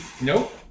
Nope